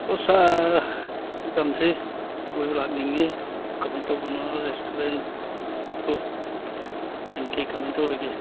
ꯑꯣ ꯁꯥꯔ ꯑꯁꯤ ꯂꯝꯁꯤ ꯀꯣꯏꯕ ꯂꯥꯛꯅꯤꯡꯏ ꯀꯃꯥꯏ ꯇꯧꯕꯅꯣ ꯔꯦꯁꯇꯨꯔꯦꯟꯇꯨ ꯀꯩꯀꯩ ꯀꯃꯥꯏꯅ ꯇꯧꯔꯤꯒꯦ